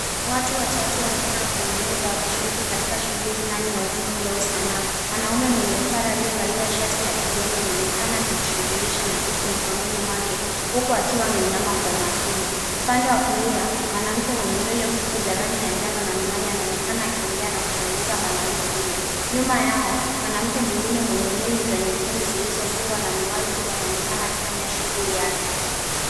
Watu watatu wamekaa kwenye meza wakishiriki katika shughuli fulani ya ufundi au Sanaa. Mwanaume mwenye upara aliyevalia shati la kijani anaonekana akijishughulisha na kitu mkononi mwake, huku akiwa ameinama kwa umakini. Upande wa kulia, mwanamke mwenye nywele fupi za rangi ya njano na miwani anaonekana akiongea na kumweleza mwanaume huyo. Nyuma yao, mwenye nywele za nyekundu zilizofungwa na miwani pia anaonekana akifanya shughuli yake.